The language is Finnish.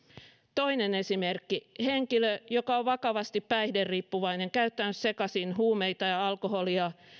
toinen esimerkki henkilö joka on vakavasti päihderiippuvainen käyttänyt sekaisin huumeita ja alkoholia